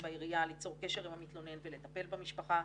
בעירייה ליצור קשר עם המתלונן ולטפל במשפחה,